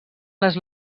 les